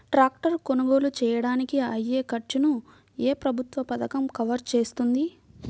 Tractor కొనుగోలు చేయడానికి అయ్యే ఖర్చును ఏ ప్రభుత్వ పథకం కవర్ చేస్తుంది?